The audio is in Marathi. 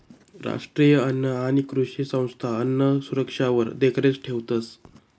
राष्ट्रीय अन्न आणि कृषी संस्था अन्नसुरक्षावर देखरेख ठेवतंस